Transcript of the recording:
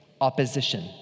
opposition